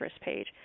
page